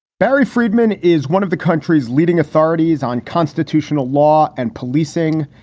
barry friedman is one of the country's leading authorities on constitutional law and policing.